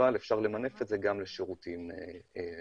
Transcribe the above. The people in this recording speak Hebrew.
אבל אפשר למנף אף זה גם לשירותים דיגיטליים.